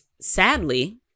sadly